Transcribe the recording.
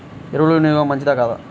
ఎరువుల వినియోగం మంచిదా కాదా?